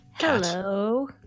Hello